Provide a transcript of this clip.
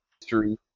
history